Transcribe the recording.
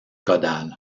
caudale